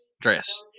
dress